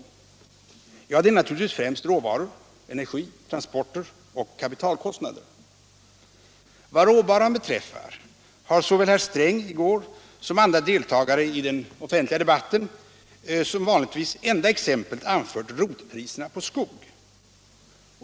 Ja, det gäller naturligtvis främst råvaror, energi, transporter och kapitalkostnader. Vad råvaran beträffar har såväl herr Sträng i går, som andra deltagare i den offentliga debatten, som vanligtvis enda exempel anfört rotpriserna på skog.